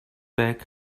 bags